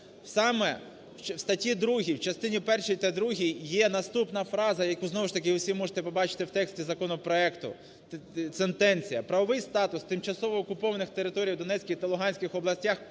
саме в статті 2 в частині першій та другій є наступна фраза, яку, знову ж таки, ви всі можете побачити в тексті законопроекту, сентенція. Правовий статус тимчасово окупованих територій у Донецькій та Луганській областях